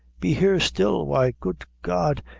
be here still! why, good god!